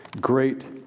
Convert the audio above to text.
great